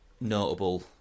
notable